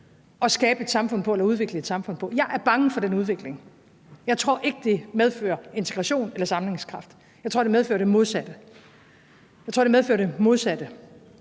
at det er den rigtige måde at udvikle et samfund på? Jeg er bange for den udvikling. Jeg tror ikke, det medfører integration eller sammenhængskraft. Jeg tror, det medfører det modsatte, som det bl.a. også ses